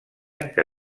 que